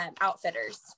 outfitters